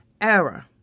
error